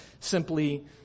simply